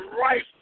right